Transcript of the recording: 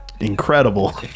Incredible